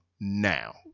now